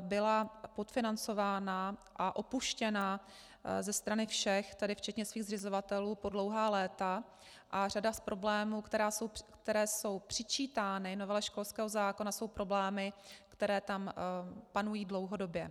byla podfinancována a opuštěna ze strany všech, tedy včetně svých zřizovatelů, po dlouhá léta a řada z problémů, které jsou přičítány novele školského zákona, jsou problémy, které tam panují dlouhodobě.